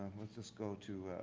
let's just go to